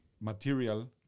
material